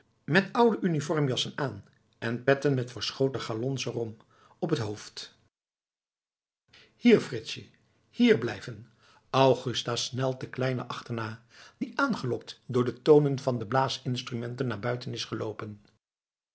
met oude uniformjassen aan en petten met verschoten galons er om op t hoofd hier fritsje hier blijven augusta snelt den kleine achterna die aangelokt door de tonen van de blaasinstrumenten naar buiten is geloopen